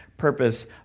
purpose